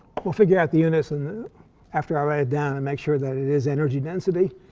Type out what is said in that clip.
we'll figure out the units and after i write it down and make sure that it is energy density.